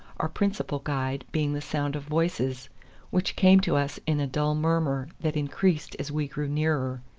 our principal guide being the sound of voices which came to us in a dull murmur that increased as we drew nearer,